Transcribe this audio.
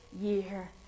year